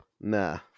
Nah